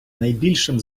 найбільшим